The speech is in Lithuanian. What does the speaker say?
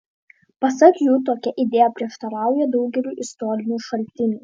pasak jų tokia idėja prieštarauja daugeliui istorinių šaltinių